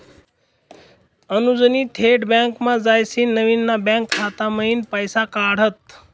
अनुजनी थेट बँकमा जायसीन नवीन ना बँक खाता मयीन पैसा काढात